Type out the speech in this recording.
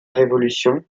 révolution